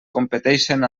competeixen